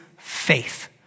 Faith